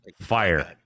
fire